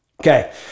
Okay